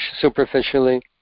superficially